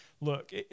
look